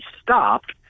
stopped